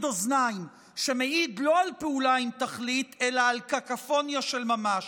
אוזניים שמעיד לא על פעולה עם תכלית אלא על קקופוניה של ממש,